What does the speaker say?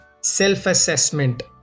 Self-assessment